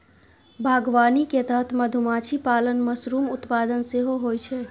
बागवानी के तहत मधुमाछी पालन, मशरूम उत्पादन सेहो होइ छै